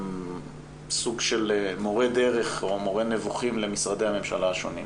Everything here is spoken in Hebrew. סוג של מורה דרך או מורה נבוכים למשרדי הממשלה השונים.